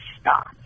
stop